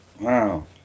Wow